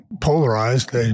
polarized